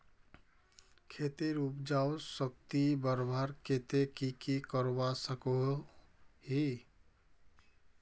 खेतेर उपजाऊ शक्ति बढ़वार केते की की करवा सकोहो ही?